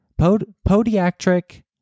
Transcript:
Podiatric